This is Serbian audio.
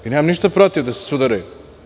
I nemam ništa protiv da se sudaraju.